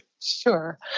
Sure